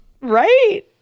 right